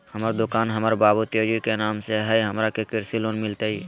हमर दुकान हमर बाबु तेजी के नाम पर हई, हमरा के कृषि लोन मिलतई?